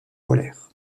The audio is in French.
polaire